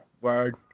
Word